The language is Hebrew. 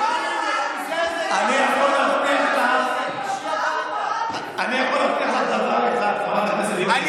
אני יכול להבטיח לך דבר אחד: אחרי